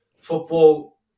football